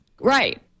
Right